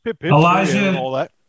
Elijah